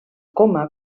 coma